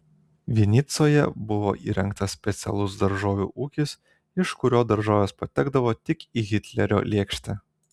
vinicoje buvo įrengtas specialus daržovių ūkis iš kurio daržovės patekdavo tik į hitlerio lėkštę